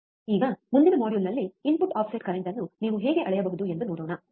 ಈಗ ಮುಂದಿನ ಮಾಡ್ಯೂಲ್ನಲ್ಲಿ ಇನ್ಪುಟ್ ಆಫ್ಸೆಟ್ ಕರೆಂಟ್ ಅನ್ನು ನೀವು ಹೇಗೆ ಅಳೆಯಬಹುದು ಎಂದು ನೋಡೋಣ ಸರಿ